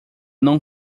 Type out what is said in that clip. não